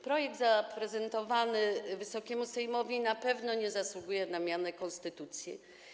Projekt zaprezentowany Wysokiemu Sejmowi na pewno nie zasługuje na miano konstytucji.